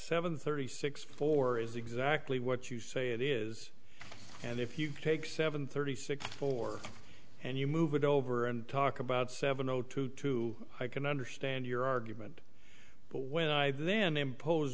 seven thirty six four is exactly what you say it is and if you take seven thirty six four and you move it over and talk about seven zero to two i can understand your argument but when i then impose